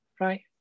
right